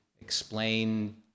explain